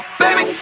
baby